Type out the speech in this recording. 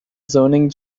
zoning